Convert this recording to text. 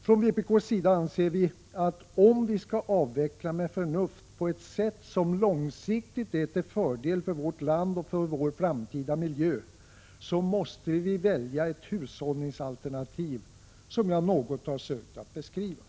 Från vpk:s sida anser vi att om man skall avveckla med förnuft på ett sätt som långsiktigt är till fördel för vårt land och vår framtida miljö så måste man välja ett hushållningsalternativ som det jag sökt beskriva.